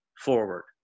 forward